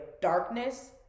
darkness